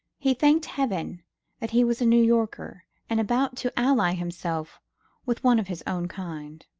he thanked heaven that he was a new yorker, and about to ally himself with one of his own kind.